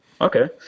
okay